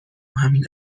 همین